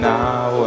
now